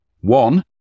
One